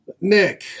Nick